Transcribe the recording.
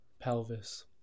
pelvis